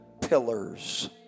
pillars